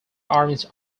orange